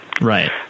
right